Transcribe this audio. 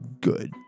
good